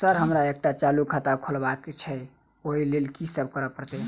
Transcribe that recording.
Sir हमरा एकटा चालू खाता खोलबाबह केँ छै ओई लेल की सब करऽ परतै?